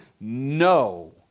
no